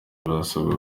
barasabwa